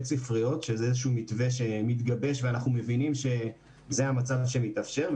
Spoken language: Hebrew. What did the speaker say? ספריות שזה איזשהו מתווה שמתגבש ואנחנו מבינים שזה המצב שמתאפשר.